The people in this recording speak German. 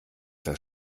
das